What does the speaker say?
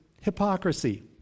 hypocrisy